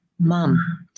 mom